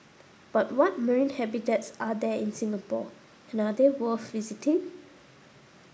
but what marine habitats are there in Singapore and are they worth visiting